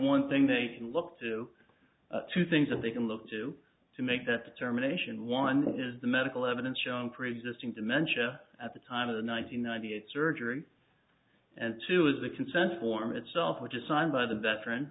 one thing they can look to two things that they can look to to make that determination one is the medical evidence showing preexisting dementia at the time of the one nine hundred ninety eight surgery and two is the consent form itself which is signed by the veteran